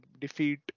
defeat